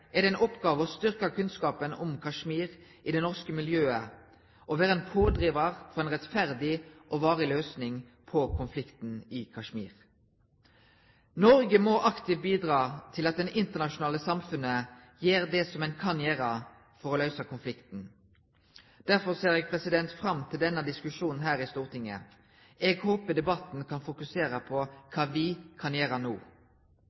er det en oppgave å styrke kunnskapen om Kashmir i det norske politiske miljøet og være en pådriver for en rettferdig og varig løsning på konflikten i Kashmir. Norge må aktivt bidra til at det internasjonale samfunnet gjør det som det kan gjøre for å løse konflikten. Derfor ser jeg fram til denne diskusjonen her i Stortinget. Jeg håper debatten kan fokusere på hva vi kan gjøre nå.